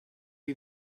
you